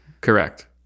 Correct